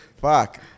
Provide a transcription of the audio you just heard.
fuck